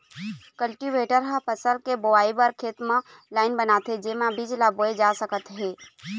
cultivator ह फसल के बोवई बर खेत म लाईन बनाथे जेमा बीज ल बोए जा सकत हे